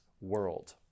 world